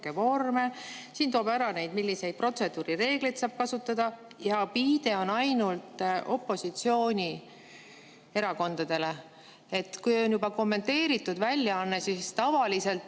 ära toodud, milliseid protseduurireegleid saab kasutada, ja viide on ainult opositsioonierakondadele. Kui on juba kommenteeritud väljaanne, siis tavaliselt,